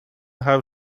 have